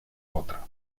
otra